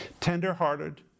tender-hearted